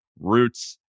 Roots